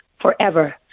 forever